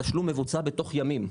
התשלום מבוצע בתוך ימים,